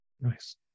Nice